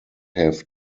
have